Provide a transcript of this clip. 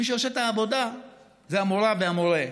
מי שעושה את העבודה זה המורה והמורה.